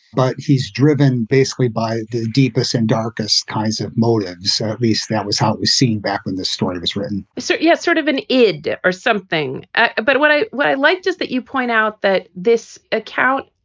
but he's driven basically by the deepest, and darkest kinds of motives. so at least that was how it was seen back when this story was written so you yeah sort of an id or something? ah but what i what i liked is that you point out that this account,